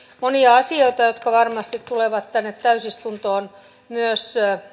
monia asioita jotka varmasti tulevat tänne täysistuntoon myös